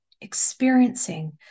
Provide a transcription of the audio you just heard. experiencing